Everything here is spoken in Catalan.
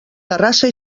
terrassa